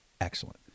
excellent